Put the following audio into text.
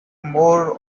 more